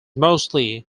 mostly